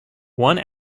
one